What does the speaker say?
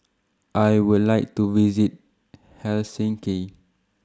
I Would like to visit Helsinki